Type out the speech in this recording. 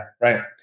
Right